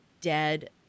dead